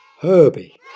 Herbie